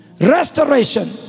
Restoration